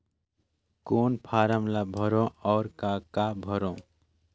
कौन फारम ला भरो और काका भरो?